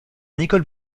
nicole